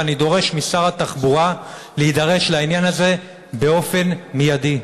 ואני דורש משר התחבורה להידרש לעניין הזה באופן מיידי.